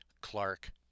Clark